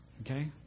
Okay